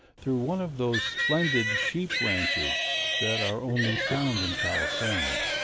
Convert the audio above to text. through one of those splendid sheep-ranches that are only found in california,